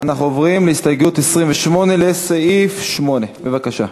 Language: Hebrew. אנחנו עוברים להסתייגות 28, לסעיף 8. בבקשה.